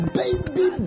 baby